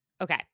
Okay